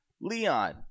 Leon